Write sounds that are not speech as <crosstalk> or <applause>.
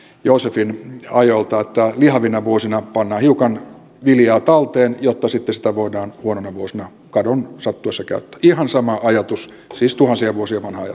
joosefin ajoilta että lihavina vuosina pannaan hiukan viljaa talteen jotta sitten sitä voidaan huonoina vuosina kadon sattuessa käyttää ihan sama ajatus siis tuhansia vuosia vanha <unintelligible>